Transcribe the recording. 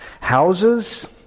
houses